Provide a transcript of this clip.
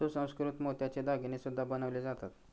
सुसंस्कृत मोत्याचे दागिने सुद्धा बनवले जातात